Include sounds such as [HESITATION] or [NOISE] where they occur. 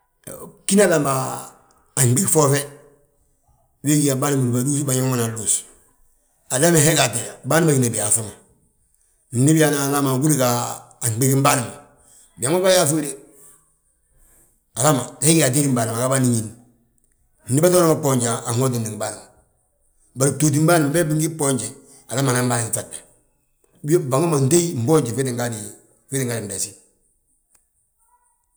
[HESITATION] Bgína alama a fnɓig foofe, wee gí yaa bâan ma bindúbadus biñaŋ ma anan luus. Alami he ga atéda, bâan bâ gina biyaaŧi ma. Ndi biyaana alama gudi ga a fnɓigim bâan ma, biãŋ bà yaaŧu de, alama he gige atédin bâan agabân ñin; Ndi bâtoona mo gboonje, anwotindi ngi bâan, bari btooti bâan beebi ngi bboonje, alama anan bâan ŧagde. Bango ma ntéyi, fmboonji fii tti gaadi mmegesi.